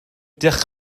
diolch